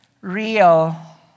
real